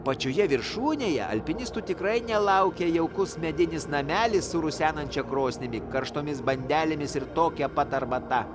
pačioje viršūnėje alpinistų tikrai nelaukia jaukus medinis namelis su rusenančią krosnį bei karštomis bandelėmis ir tokia pat arbata